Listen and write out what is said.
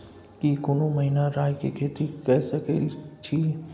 की कोनो महिना राई के खेती के सकैछी?